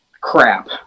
crap